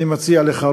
אני מציע לך,